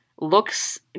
looks